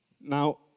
Now